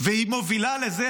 והיא מובילה לזה,